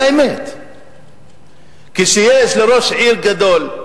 אפשר לדון בזה, אבל אני לא יכול היום, משפטית,